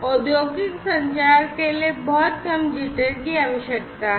औद्योगिक संचार के लिए बहुत कम Jitter आवश्यक है